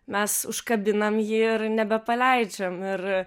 mes užkabinam jį ir nebepaleidžiam ir